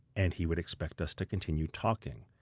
and he would expect us to continue talking,